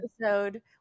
episode